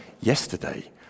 Yesterday